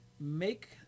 Make